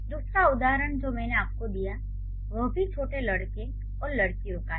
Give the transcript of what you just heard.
दूसरा उदाहरण जो मैंने आपको दिया वह भी छोटे लड़के और लड़कियों का है